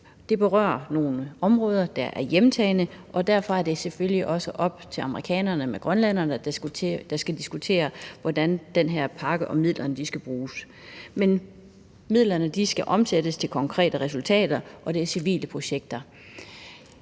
Det berører nogle områder, der er hjemtagne, og derfor er det selvfølgelig også op til amerikanerne sammen med grønlænderne at diskutere, hvordan den her pakke og midlerne skal bruges. Men midlerne skal omsættes til konkrete resultater, og det er civile projekter.